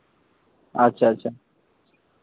ᱟᱪᱪᱷᱟ ᱟᱪᱪᱷᱟ